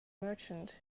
merchant